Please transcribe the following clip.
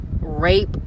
rape